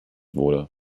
wurde